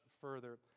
further